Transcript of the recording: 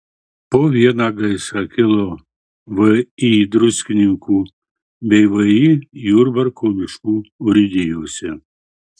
po vieną gaisrą kilo vį druskininkų bei vį jurbarko miškų urėdijose